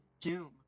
Doom